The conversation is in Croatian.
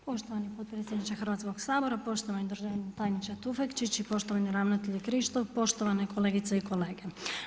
Poštovani potpredsjedniče Hrvatskog sabora, poštovani državni tajniče Tufekčić i poštovani ravnatelju Krištof, poštovane kolegice i kolege.